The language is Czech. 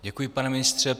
Děkuji, pane ministře.